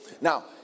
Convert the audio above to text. now